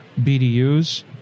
BDUs